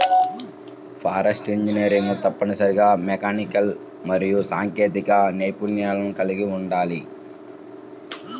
forestry ఇంజనీర్లు తప్పనిసరిగా mechanical మరియు సాంకేతిక నైపుణ్యాలను కలిగి ఉండాలి